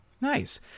Nice